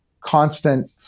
constant